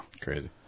crazy